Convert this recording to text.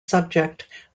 subject